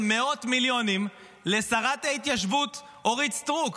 מאות מיליונים לשרת ההתיישבות אורית סטרוק.